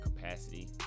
capacity